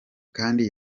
kandi